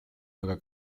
aga